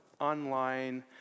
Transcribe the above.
online